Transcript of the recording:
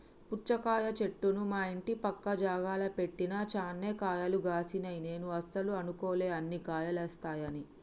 పుచ్చకాయ చెట్టును మా ఇంటి పక్క జాగల పెట్టిన చాన్నే కాయలు గాశినై నేను అస్సలు అనుకోలే అన్ని కాయలేస్తాయని